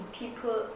people